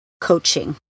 coaching